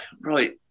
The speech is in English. right